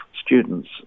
students